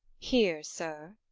here, sir.